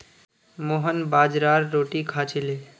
मोहन बाजरार रोटी खा छिले